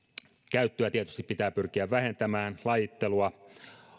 käyttöä tietysti pitää pyrkiä vähentämään lajittelua